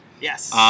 Yes